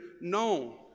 known